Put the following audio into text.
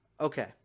Okay